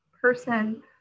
person